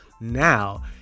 Now